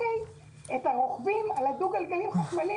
את הרוכבים על הדו גלגלים חשמליים,